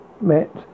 met